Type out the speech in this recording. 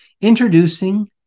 Introducing